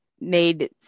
made